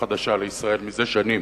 החדשה לישראל, זה שנים,